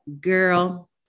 girl